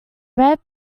red